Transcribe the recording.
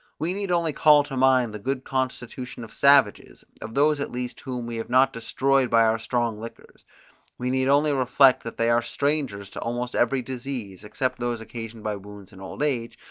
we need only call to mind the good constitution of savages, of those at least whom we have not destroyed by our strong liquors we need only reflect, that they are strangers to almost every disease, except those occasioned by wounds and old age,